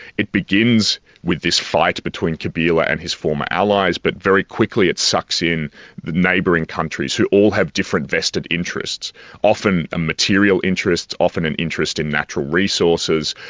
it begins with this fight between kabila and his former allies, but very quickly it sucks in the neighbouring countries, who all have different vested interests often material interests, often an interest in natural resources,